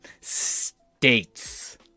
states